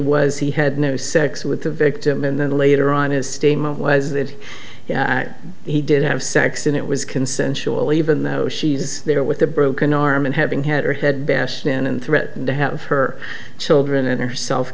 was he had no sex with the victim and then later on his statement was that he did have sex and it was consensual even though she's there with a broken arm and having had her head bashed in and threatened to have her children a